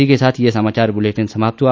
इसी के साथ ये समाचार बुलेटिन समाप्त हुआ